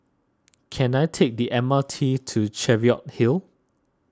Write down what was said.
can I take the M R T to Cheviot Hill